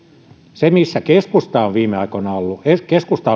se missä keskusta on viime aikoina ollut keskusta